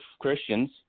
Christians –